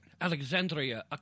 Alexandria